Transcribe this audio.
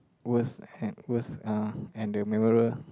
worst and worst uh and the mirror